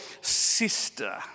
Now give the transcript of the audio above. sister